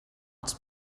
els